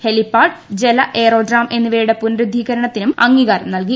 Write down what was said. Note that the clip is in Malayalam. ഹെലിപ്പാട് ജല എയറോട്രാം എന്നിവയുടെ പുനരുദ്ധീകരണത്തിനും അംഗീകാരം നൽകി